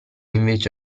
invece